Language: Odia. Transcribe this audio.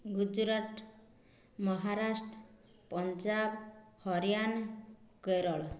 ଗୁଜୁରାଟ ମହାରାଷ୍ଟ୍ର ପଞ୍ଜାବ ହରିୟାନା କେରଳ